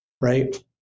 right